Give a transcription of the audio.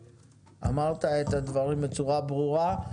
אמרת את הדברים בצורה ברורה.